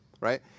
right